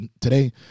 today